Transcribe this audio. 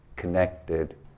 connected